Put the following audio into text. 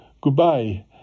Goodbye